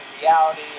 reality